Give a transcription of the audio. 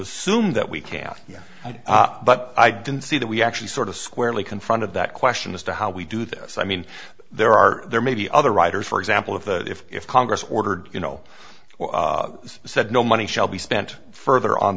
assume that we can't yet but i didn't see that we actually sort of squarely confronted that question as to how we do this i mean there are there may be other riders for example of the if if congress ordered you know or said no money shall be spent further on